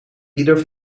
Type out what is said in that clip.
ieder